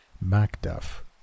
Macduff